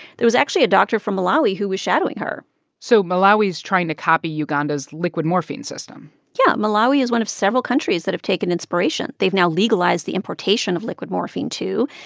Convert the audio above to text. there was actually a doctor from malawi who was shadowing her so malawi is trying to copy uganda's liquid morphine system yeah. malawi is one of several countries that have taken inspiration. they've now legalized the importation of liquid morphine too.